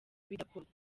bidakorwa